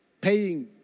paying